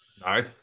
Nice